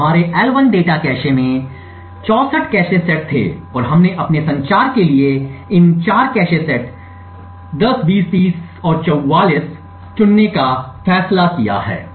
तो हमारे L1 data cache में 64 कैश सेट थे और हमने अपने संचार के लिए इन 4 कैश सेट कैश सेट 10 20 30 और 44 को चुनने का फैसला किया है